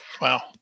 Wow